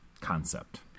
concept